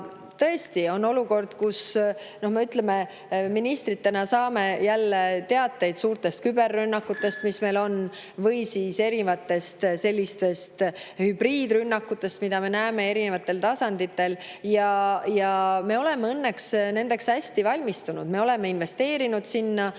Tõesti on olukord, kus me, ütleme, ministritena saame jälle teateid suurtest küberrünnakutest, mis meil on, või siis erinevatest hübriidrünnakutest, mida me näeme eri tasanditel, aga me oleme õnneks nendeks hästi valmistunud. Me oleme investeerinud sinna